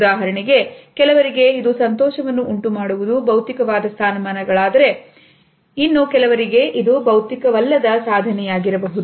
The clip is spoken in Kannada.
ಉದಾಹರಣೆಗೆ ಕೆಲವರಿಗೆ ಇದು ಸಂತೋಷವನ್ನು ಉಂಟು ಮಾಡುವುದು ಭೌತಿಕವಾದ ಸ್ಥಾನಮಾನಗಳಾದರೆ ಇನ್ನು ಕೆಲವರಿಗೆ ಇದು ಬೌದ್ಧಿಕ ಬಲ್ಲದ ಸಾಧನೆ ಯಾಗಿರಬಹುದು